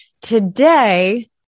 Today